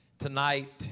Tonight